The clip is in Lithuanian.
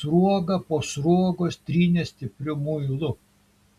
sruogą po sruogos trynė stipriu muilu